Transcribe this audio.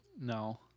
no